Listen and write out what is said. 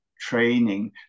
training